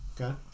Okay